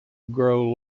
grow